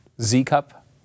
Z-Cup